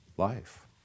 Life